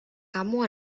kamu